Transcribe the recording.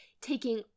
taking